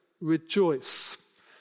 rejoice